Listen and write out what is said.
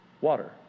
water